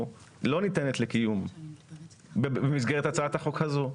לא ניתנת לקיום במסגרת הצעת החוק הזאת.